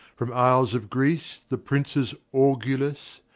from isles of greece the princes orgillous,